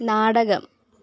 നാടകം